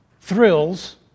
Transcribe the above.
thrills